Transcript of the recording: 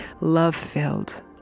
love-filled